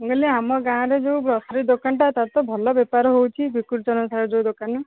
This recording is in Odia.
ମୁଁ କହିଲି ଆମ ଗାଁ'ରେ ଯୋଉ ଗ୍ରୋସରୀ ଦୋକାନଟା ତା'ର ତ ଭଲ ବେପାର ହେଉଛି ସାହୁ ଯୋଉ ଦୋକାନ